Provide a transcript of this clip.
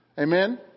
Amen